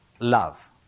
Love